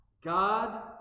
God